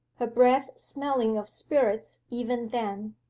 her breath smelling of spirits even then.